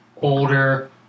older